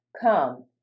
Come